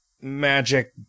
magic